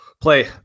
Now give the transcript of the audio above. play